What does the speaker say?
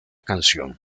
canción